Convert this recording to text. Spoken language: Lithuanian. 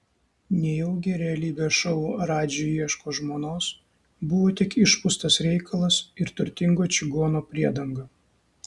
nejaugi realybės šou radži ieško žmonos buvo tik išpūstas reikalas ir turtingo čigono priedanga